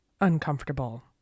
uncomfortable